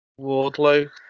Wardlow